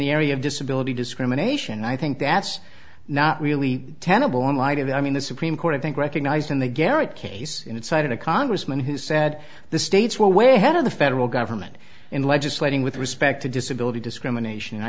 the area of disability discrimination i think that's not really tenable in light of that i mean the supreme court i think recognized in the garrett case and it's cited a congressman who said the states were way ahead of the federal government in legislating with respect to disability discrimination and i